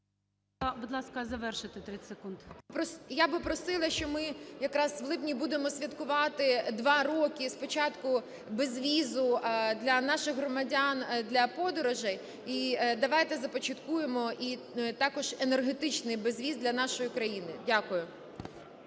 Будь ласка, завершуйте 30 секунд. ІОНОВА М.М. Я б просила, що ми якраз у липні будемо святкувати два роки спочатку безвізу для наших громадян, для подорожей, і давайте започаткуємо і також енергетичний безвіз для нашої країни. Дякую.